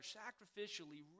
sacrificially